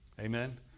Amen